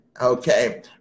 okay